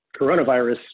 coronavirus